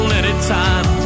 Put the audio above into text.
anytime